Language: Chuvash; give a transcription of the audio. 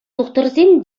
тухтӑрсем